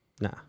Nah